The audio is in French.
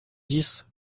dix